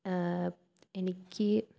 എനിക്ക്